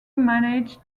manage